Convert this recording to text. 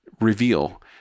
reveal